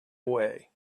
away